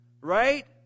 right